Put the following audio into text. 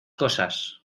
cosas